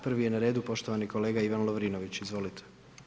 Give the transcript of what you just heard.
Prvi je na redu poštovani kolega Ivan Lovrinović, izvolite.